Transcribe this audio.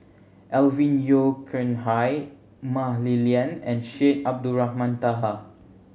Alvin Yeo Khirn Hai Mah Li Lian and Syed Abdulrahman Taha